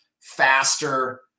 faster